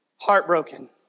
heartbroken